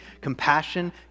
Compassion